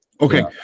Okay